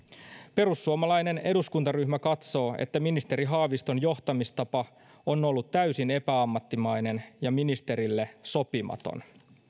perussuomalainen eduskuntaryhmä katsoo että ministeri haaviston johtamistapa on ollut täysin epäammattimainen ja ministerille sopimaton